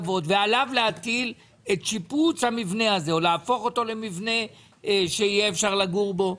ועליו להטיל את שיפוץ המבנה הזה או את הפיכתו למבנה שאפשר לגור בו.